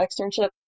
externship